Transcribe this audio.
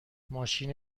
ماشین